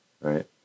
right